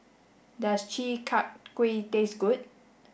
does Chi Kak Kuih taste good